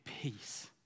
peace